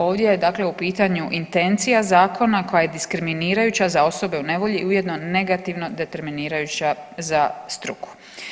Ovdje je dakle u pitanju intencija zakona koja je diskriminirajuća za osobe u nevolji i ujedno negativno determinirajuća za struku.